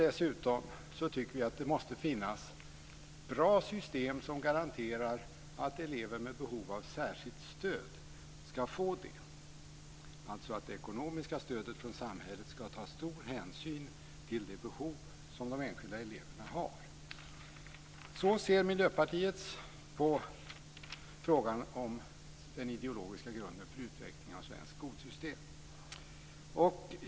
Dessutom tycker vi att det måste finnas bra system som garanterar att elever med behov av särskilt stöd ska få det, alltså att man när det gäller det ekonomiska stödet från samhället ska ta stor hänsyn till de behov som de enskilda eleverna har. Så ser Miljöpartiet på frågan om den ideologiska grunden för utveckling av svenskt skolsystem.